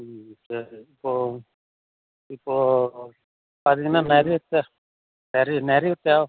ம் சரி இப்போ இப்போ அது நிறைய நிறைய நிறைய தேவ்